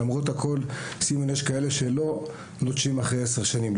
למרות הכול יש כאלה שלא נוטשים אחרי 10 שנים.